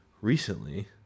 recently